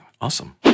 awesome